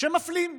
שמפלים,